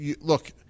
look